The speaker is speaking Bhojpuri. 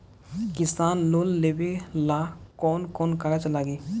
किसान लोन लेबे ला कौन कौन कागज लागि?